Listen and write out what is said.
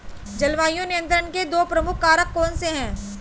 जलवायु नियंत्रण के दो प्रमुख कारक कौन से हैं?